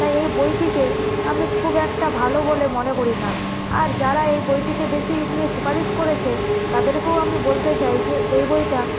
তাই এই বইটিকে আমি খুব একটা ভালো মনে করি না আর যারা এই বইটিকে বেশি নিয়ে সুপারিশ করেছে তাদেরকেও আমি বলতে চাই যে এই বইটা